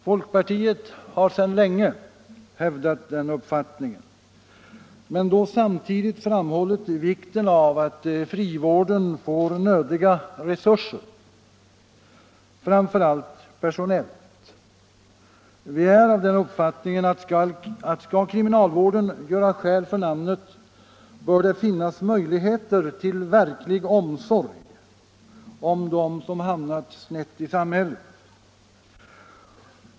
Folkpartiet har sedan länge hävdat denna uppfattning men samtidigt framhållit vikten av att frivården får nödiga resurser, framför allt personellt. Vi är av den uppfattningen att skall kriminalvården göra skäl för namnet, bör det finnas möjligheter till verklig omsorg om dem som hamnat snett i samhället.